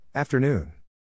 Afternoon